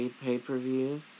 pay-per-view